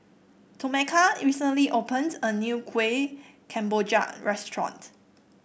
Tomeka recently opened a new Kuih Kemboja restaurant